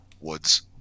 Woods